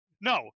no